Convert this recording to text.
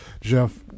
Jeff